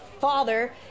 father